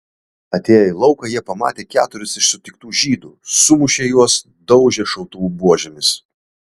atėję į lauką jie pamatė keturis iš sutiktų žydų sumušė juos daužė šautuvų buožėmis